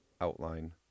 outline